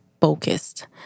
focused